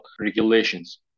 regulations